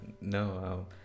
no